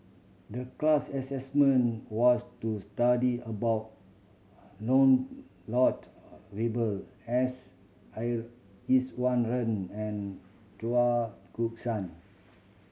the class assessment was to study about Valberg S I Iswaran and Chao San